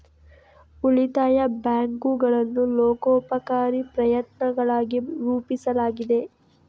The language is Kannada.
ಉಳಿತಾಯ ಬ್ಯಾಂಕುಗಳನ್ನು ಲೋಕೋಪಕಾರಿ ಪ್ರಯತ್ನಗಳಾಗಿ ರೂಪಿಸಲಾಗಿದೆ